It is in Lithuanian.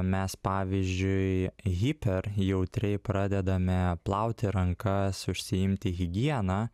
mes pavyzdžiui hiper jautriai pradedame plauti rankas užsiimti higiena